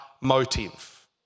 motive